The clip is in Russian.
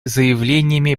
заявлениями